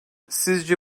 sizce